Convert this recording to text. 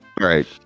right